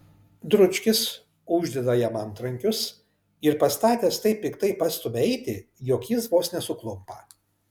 dručkis uždeda jam antrankius ir pastatęs taip piktai pastumia eiti jog jis vos nesuklumpa